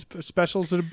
specials